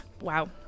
Wow